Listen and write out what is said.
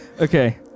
Okay